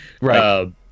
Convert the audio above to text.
Right